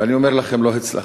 ואני אומר לכם, לא הצלחתי.